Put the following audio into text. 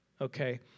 okay